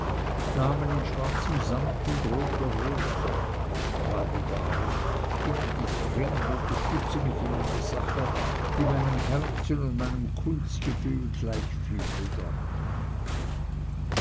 damen in schwarzem sammet und roter rose waldemar ich bitte dich dringend unterstütze mich in einer sache die meinem herzen und meinem kunstgefühl gleich viel bedeutet